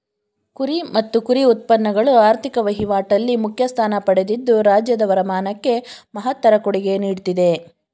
ಕುರಿ ಮತ್ತು ಕುರಿ ಉತ್ಪನ್ನಗಳು ಆರ್ಥಿಕ ವಹಿವಾಟಲ್ಲಿ ಮುಖ್ಯ ಸ್ಥಾನ ಪಡೆದಿದ್ದು ರಾಜ್ಯದ ವರಮಾನಕ್ಕೆ ಮಹತ್ತರ ಕೊಡುಗೆ ನೀಡ್ತಿದೆ